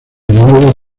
nuevo